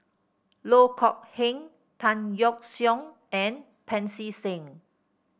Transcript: Loh Kok Heng Tan Yeok Seong and Pancy Seng